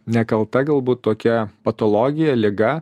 nekalta galbūt tokia patologija liga